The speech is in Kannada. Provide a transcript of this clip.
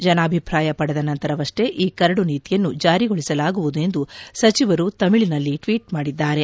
ಜನಾಭಿಪ್ರಾಯ ಪಡೆದ ನಂತರವಷ್ಷೇ ಈ ಕರಡು ನೀತಿಯನ್ನು ಜಾರಿಗೊಳಿಸಲಾಗುವುದು ಎಂದು ಸಚಿವರು ತಮಿಳಿನಲ್ಲಿ ಟ್ಲೀಟ್ ಮಾಡಿದ್ದಾರೆ